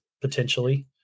potentially